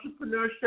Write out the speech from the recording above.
entrepreneurship